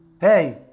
Hey